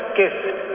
gift